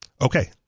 Okay